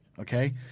okay